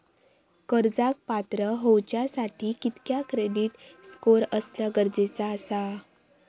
कर्जाक पात्र होवच्यासाठी कितक्या क्रेडिट स्कोअर असणा गरजेचा आसा?